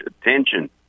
attention